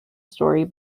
story